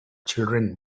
children